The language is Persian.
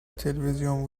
تلویزیون